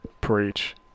Preach